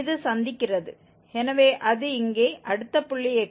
இது சந்திக்கிறது எனவே அது இங்கே அடுத்த புள்ளி x1